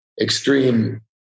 extreme